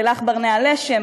לילך ברנע לשם,